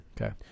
Okay